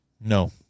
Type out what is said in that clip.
No